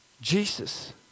Jesus